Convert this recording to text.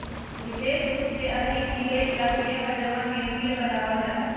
विशेष रूप से अधिक निवेश ला शेयर बजरवन में मूल्य बतावल जा हई